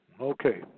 Okay